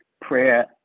Prayer